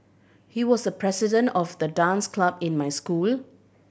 he was the president of the dance club in my school